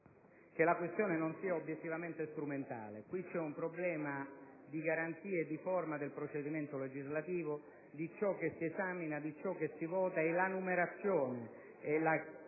che la questione non sia obiettivamente strumentale. Qui c'è un problema di garanzia e di forma del procedimento legislativo, di ciò che si esamina, di ciò che si vota, e la numerazione e la